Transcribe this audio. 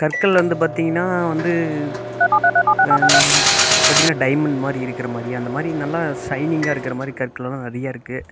கற்கள் வந்து பார்த்தீங்கன்னா வந்து பார்த்தீங்கன்னா டைமண்ட் மாதிரி இருக்கிற மாதிரி அந்த மாதிரி நல்லா ஷைனிங்காக இருக்கிற மாதிரி கற்கள்லாம் வேணுணா நிறையா இருக்குது